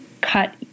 cut